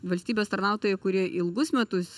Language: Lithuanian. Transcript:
valstybės tarnautojai kurie ilgus metus